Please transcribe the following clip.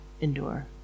endure